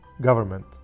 government